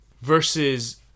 Versus